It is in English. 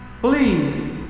please